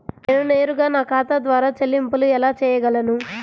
నేను నేరుగా నా ఖాతా ద్వారా చెల్లింపులు ఎలా చేయగలను?